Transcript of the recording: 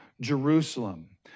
Jerusalem